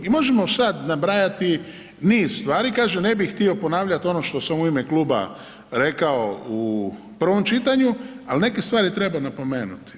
I možemo sad nabrajati niz stvari, kažem ne bih htio ponavljati ono što sam u ime kluba rekao u prvom čitanju ali neke stvari treba napomenuti.